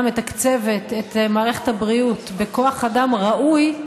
מתקצבת את מערכת הבריאות בכוח אדם ראוי,